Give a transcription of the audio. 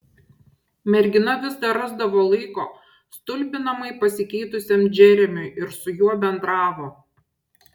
mergina vis dar rasdavo laiko stulbinamai pasikeitusiam džeremiui ir su juo bendravo